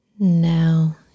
Now